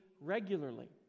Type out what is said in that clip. regularly